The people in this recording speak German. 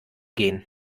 gehen